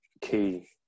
key